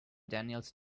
daniels